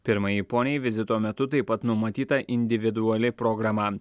pirmajai poniai vizito metu taip pat numatyta individuali programa